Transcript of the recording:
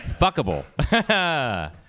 Fuckable